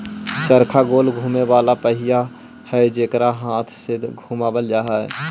चरखा गोल घुमें वाला पहिया हई जेकरा हाथ से घुमावल जा हई